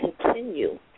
continue